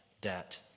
debt